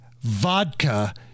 vodka